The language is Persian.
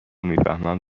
میفهمم